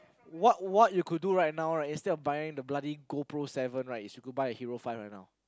what what you could do right now right is instead of buying the bloody GoPro seven right is go buy a hero give right now